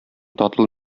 татлы